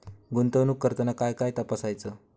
गुंतवणूक करताना काय काय तपासायच?